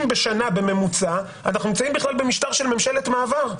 בשנה בממוצע אנחנו נמצאים בכלל במשטר של ממשלת מעבר.